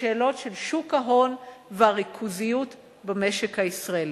שהן שאלות של שוק ההון והריכוזיות במשק הישראלי.